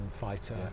fighter